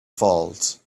falls